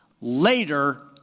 later